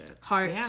Heart